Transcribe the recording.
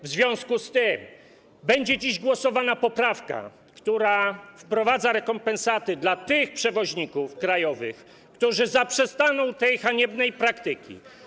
W związku z tym dziś będziemy głosować nad poprawką, która wprowadza rekompensaty dla tych przewoźników krajowych, którzy zaprzestaną tej haniebnej praktyki.